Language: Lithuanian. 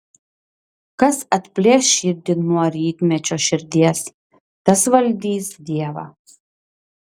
kas atplėš širdį nuo rytmečio širdies tas valdys dievą